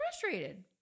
frustrated